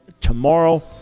tomorrow